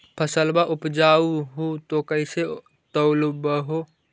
फसलबा उपजाऊ हू तो कैसे तौउलब हो?